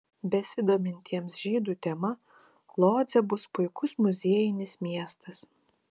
besidomintiems žydų tema lodzė bus puikus muziejinis miestas